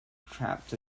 trapped